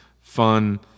fun